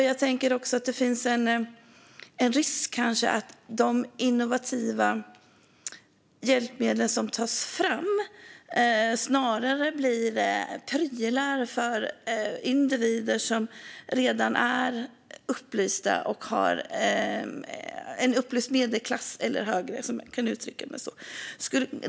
Jag tänker också att det finns en risk att de innovativa hjälpmedel som tas fram snarare blir prylar för individer i en redan upplyst medelklass eller högre, om jag kan uttrycka mig så.